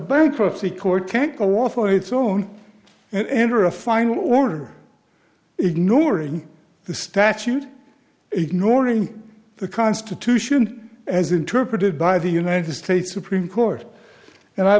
bankruptcy court can't go on for its own and enter a final order ignoring the statute ignoring the constitution as interpreted by the united states supreme court and i